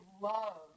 love